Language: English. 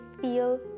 feel